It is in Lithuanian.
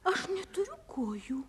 aš neturiu kojų